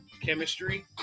chemistry